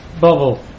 bubble